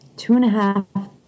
two-and-a-half